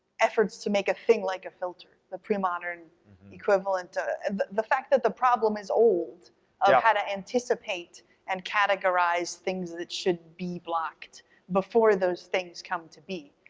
efforts to make a thing like a filter, the premodern equivalent, ah and the the fact that the problem is old on how to anticipate and categorize things that should be blocked before those things come to be.